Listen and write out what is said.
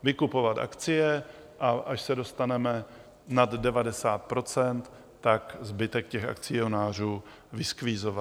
Vykupovat akcie, a až se dostaneme nad 90 %, tak zbytek těch akcionářů vyskvízovat.